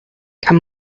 come